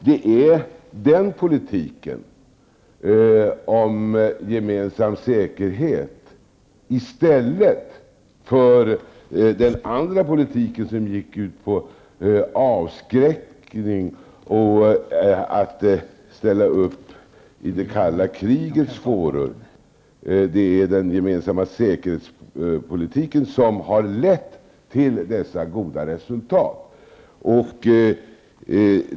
Det är politiken om gemensam säkerhet, i stället för den politik som gick ut på avskräckning och att ställa upp i det kalla krigets forum, som har lett till dessa goda resultat.